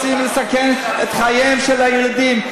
ואתם רוצים לסכן את חייהם של הילדים.